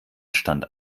stand